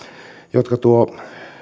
jotka tuovat